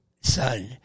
son